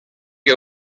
que